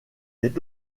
est